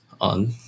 on